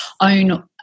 own